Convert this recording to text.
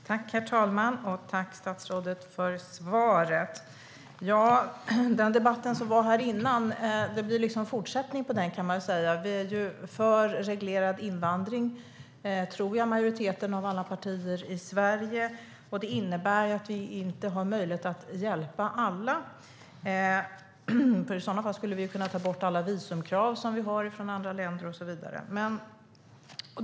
Herr talman! Tack, statsrådet, för svaret! Det här blir en fortsättning på den förra debatten, kan man säga. Majoriteten av alla partier i Sverige är för reglerad invandring, tror jag. Det innebär att vi inte har möjlighet att hjälpa alla. I sådana fall skulle vi kunna ta bort alla visumkrav som vi har för andra länder och så vidare.